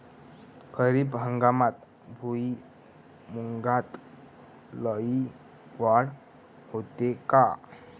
खरीप हंगामात भुईमूगात लई वाढ होते का?